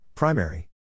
Primary